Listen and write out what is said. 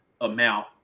amount